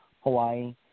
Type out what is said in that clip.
Hawaii